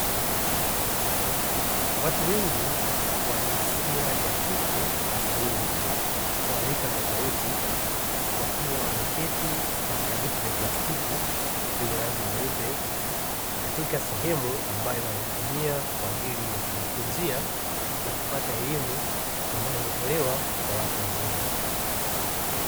Watu wengi wa jinsia ya kike na kiume wa rika tofauti wakiwa wameketi katika viti vya plastiki vyenye rangi nyeupe, katika sehemu ambayo wanaitumia kwa ajili ya kujifunza na kupata elimu ambayo hutolewa kwa watu wazima.